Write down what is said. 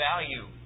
value